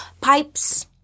Pipes